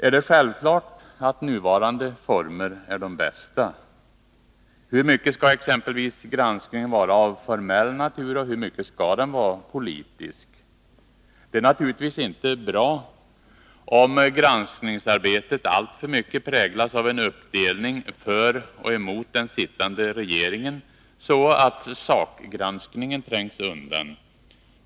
Är det självklart att nuvarande former är de bästa? Hur mycket skall granskningen vara av formell natur, och hur mycket skall den vara politisk? Det är naturligtvis inte bra om granskningsarbetet alltför mycket präglas av en uppdelning för och emot den sittande regeringen, så att sakgranskningen trängs undan.